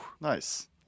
nice